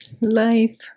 life